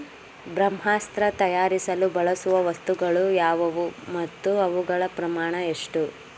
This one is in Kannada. ಬ್ರಹ್ಮಾಸ್ತ್ರ ತಯಾರಿಸಲು ಬಳಸುವ ವಸ್ತುಗಳು ಯಾವುವು ಮತ್ತು ಅವುಗಳ ಪ್ರಮಾಣ ಎಷ್ಟು?